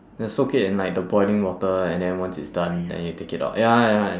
you soak in the like boiling water and then once it's done then you take it out ya ya